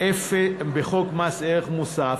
מס ערך מוסף,